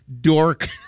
dork